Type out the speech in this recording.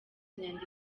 inyandiko